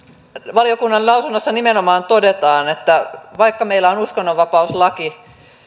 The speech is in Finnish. valiokunnan lausunnossa nimenomaan todetaan että vaikka meillä on uskonnonvapauslaki